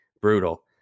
Brutal